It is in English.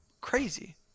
crazy